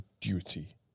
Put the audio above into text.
duty